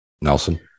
Nelson